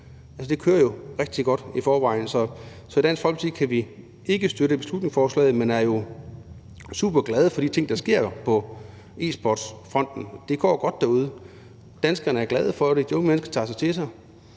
Det kører jo rigtig godt i forvejen. Så i Dansk Folkeparti kan vi ikke støtte beslutningsforslaget, men er jo superglade for de ting, der sker på e-sportsfronten. Det går godt derude, og danskerne er glade for det. De unge mennesker tager det til sig.